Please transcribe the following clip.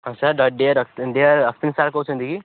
ହଁ ସାର୍ କହୁଛନ୍ତି କି